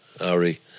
Ari